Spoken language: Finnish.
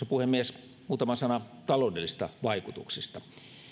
puhemies muutama sana taloudellisista vaikutuksista